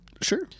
Sure